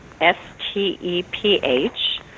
S-T-E-P-H